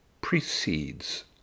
precedes